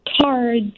cards